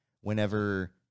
whenever